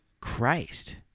Christ